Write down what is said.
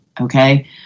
okay